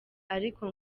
ariko